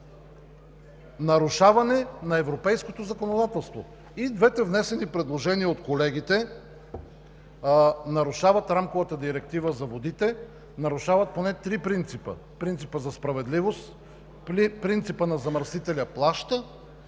нарушаване на европейското законодателство и двете внесени предложения от колегите нарушават Рамковата директива за водите, нарушават поне три принципа: принципът за справедливост, принципът на „замърсителят плаща“